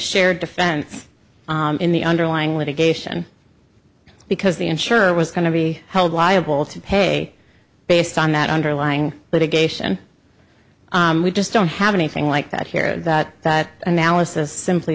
shared defense in the underlying litigation because the insurer was going to be held liable to pay based on that underlying litigation we just don't have anything like that here that that analysis